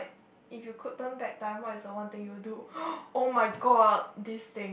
if you could turn back time what's the one thing you would do oh my god this thing